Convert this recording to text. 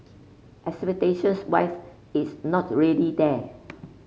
expectations wise is not really there